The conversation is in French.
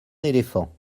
éléphants